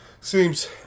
seems